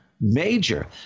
Major